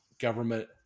government